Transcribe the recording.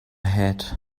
hat